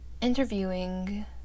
interviewing